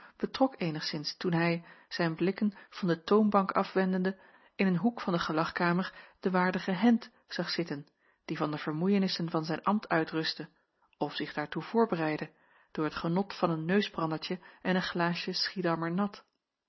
betrok eenigszins toen hij zijn blikken van de toonbank afwendende in een hoek van de gelagkamer den waardigen hendt zag zitten die van de vermoeienissen van zijn ambt uitrustte of zich daartoe voorbereidde door het genot van een neusbrandertje en een glaasje schiedammer nat